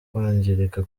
kwangirika